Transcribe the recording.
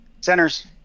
Centers